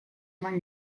eman